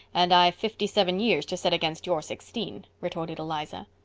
and i've fifty-seven years to set against your sixteen, retorted eliza.